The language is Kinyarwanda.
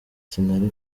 sinari